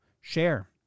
share